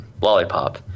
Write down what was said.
Lollipop